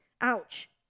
Ouch